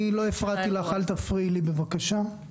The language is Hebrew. אני לא הפרעתי לך, אל תפריעי לי, בבקשה.